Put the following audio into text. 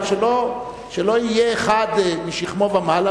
אבל שלא יהיה אחד משכמו ומעלה,